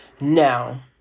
Now